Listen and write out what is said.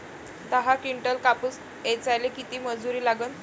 दहा किंटल कापूस ऐचायले किती मजूरी लागन?